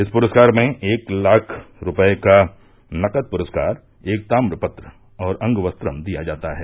इस पुरस्कार में एक लाख रुपये का नकद पुरस्कार एक ताम्रपत्र और अंगवस्त्रम दिया जाता है